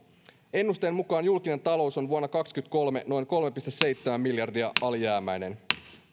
ennusteen mukaan julkinen talous on vuonna kaksikymmentäkolme noin kolme pilkku seitsemän miljardia alijäämäinen